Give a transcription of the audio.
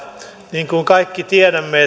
niin kuin kaikki tiedämme